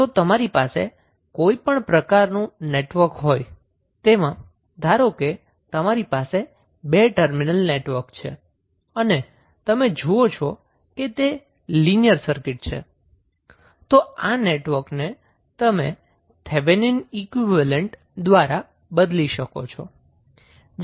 તો તમારી પાસે કોઈપણ પ્રકારનું નેટવર્ક હોય તેમાં ધારો કે તમારી પાસે 2 ટર્મિનલ નેટવર્ક છે અને તમે જુઓ છો કે તે લિનિયર સર્કિટ છે તો આ નેટવર્કને તમે થેવેનિન ઈક્વીવેલેન્ટ દ્વારા બદલી શકો છો